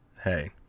Hey